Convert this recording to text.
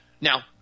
Now